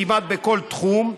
כמעט בכל תחום,